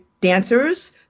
dancers